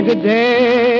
Today